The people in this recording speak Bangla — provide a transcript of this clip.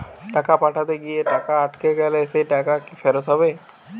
টাকা পাঠাতে গিয়ে টাকা আটকে গেলে সেই টাকা কি ফেরত হবে?